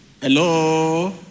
hello